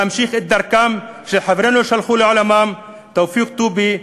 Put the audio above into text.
ואמשיך את דרכם של חברינו שהלכו לעולמם: תופיק טובי,